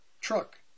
truck